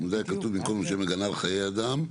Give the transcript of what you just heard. זה כתוב במקום "לשם הגנה לחיי אדם",